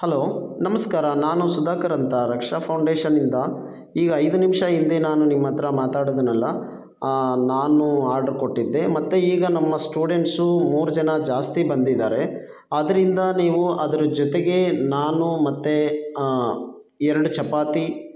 hello ನಮಸ್ಕಾರ ನಾನು ಸುಧಾಕರ್ ಅಂತ ರಕ್ಷಾ ಫೌಂಡೇಶನ್ನಿಂದ ಈಗ ಐದು ನಿಮಿಷ ಹಿಂದೆ ನಾನು ನಿಮ್ಮ ಹತ್ರ ಮಾತಾಡಿದ್ನಲ್ಲ ನಾನು ಆರ್ಡ್ರು ಕೊಟ್ಟಿದ್ದೆ ಮತ್ತು ಈಗ ನಮ್ಮ ಸ್ಟೂಡೆಂಟ್ಸೂ ಮೂರು ಜನ ಜಾಸ್ತಿ ಬಂದಿದ್ದಾರೆ ಆದ್ದರಿಂದ ನೀವು ಅದ್ರ ಜೊತೆಗೇ ನಾನು ಮತ್ತೆ ಎರಡು ಚಪಾತಿ